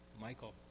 Michael